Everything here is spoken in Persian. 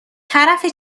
طرف